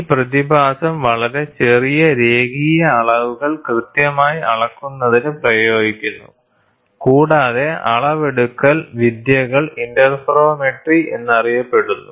ഈ പ്രതിഭാസം വളരെ ചെറിയ രേഖീയ അളവുകൾ കൃത്യമായി അളക്കുന്നതിന് പ്രയോഗിക്കുന്നു കൂടാതെ അളവെടുക്കൽ വിദ്യകൾ ഇന്റർഫെറോമെട്രി എന്നറിയപ്പെടുന്നു